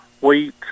wheat